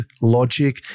logic